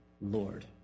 Lord